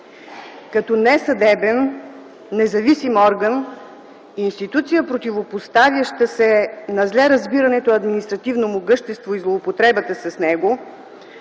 Като несъдебен, независим орган, институция противопоставяща се на зле разбираното административно могъщество и злоупотребата с него.